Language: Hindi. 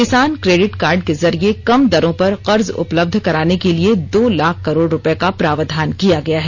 किसान क्रेडिट कार्ड के जरिये कम दरों पर कर्ज उपलब्ध कराने के लिए दो लाख करोड रूपये का प्रावधान किया गया है